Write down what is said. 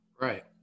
right